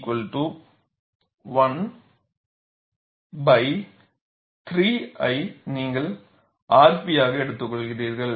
𝝼 1 3 ஐ நீங்கள் rp ஆக எடுத்துக்கொள்கிறீர்கள்